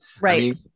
right